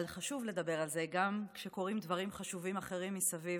אבל חשוב לדבר על זה גם כשקורים דברים חשובים אחרים מסביב.